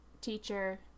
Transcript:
teacher